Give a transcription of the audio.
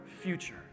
future